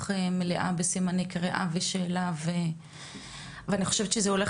מלאה בסימני קריאה וסימני שאלה ואני חושבת שזה הולך